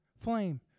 flame